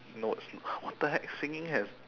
no it's what the heck singing has